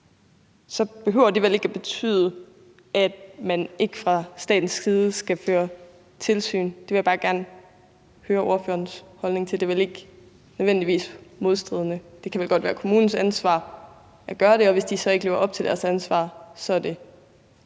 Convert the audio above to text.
behøver det vel ikke at betyde, at man ikke fra statens side skal føre tilsyn. Det vil jeg bare gerne høre ordførerens holdning til. De to ting er vel ikke nødvendigvis modstridende. Det kan vel godt være kommunens ansvar at gøre det, og hvis de så ikke lever op til deres ansvar, er det